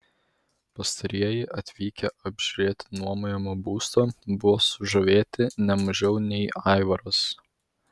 pastarieji atvykę apžiūrėti nuomojamo būsto buvo sužavėti ne mažiau nei aivaras